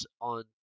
on